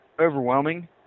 overwhelming